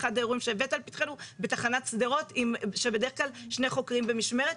אחד האירועים שהבאת לפתחנו בתחנת שדרות כשבדרך כלל שני חוקרים במשמרת,